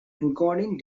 encoding